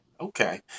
Okay